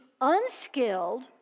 unskilled